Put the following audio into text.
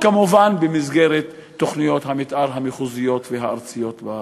כמובן במסגרת תוכניות המתאר המחוזיות והארציות.